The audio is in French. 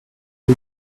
ils